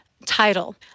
title